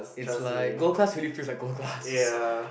it's like gold class really feels like gold class